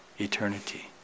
eternity